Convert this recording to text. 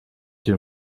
den